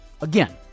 Again